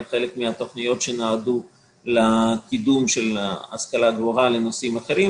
חלק מהתוכניות שנועדו לקידום השכלה גבוהה בנושאים אחרים.